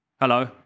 hello